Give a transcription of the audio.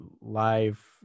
live